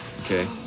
Okay